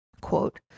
Quote